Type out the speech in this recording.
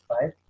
five